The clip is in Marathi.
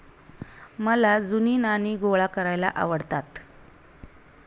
मला जुनी नाणी गोळा करायला आवडतात